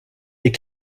des